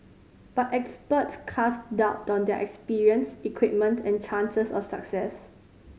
but experts cast doubt on their expertise equipment and chances of success